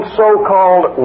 so-called